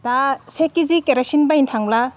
दा से KG kerosene बायनो थांब्ला